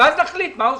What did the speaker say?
ואז נחליט מה עושים.